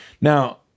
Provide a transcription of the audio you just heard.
Now